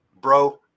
bro